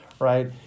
right